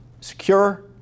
secure